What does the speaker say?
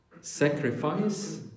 sacrifice